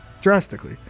drastically